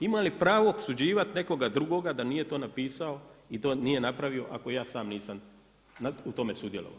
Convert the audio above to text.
Imam li pravo osuđivati nekoga drugoga da nije to napisao i to nije napravio, ako ja sam u tome nisam sudjelovao?